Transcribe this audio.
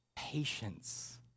Patience